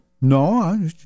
no